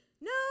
No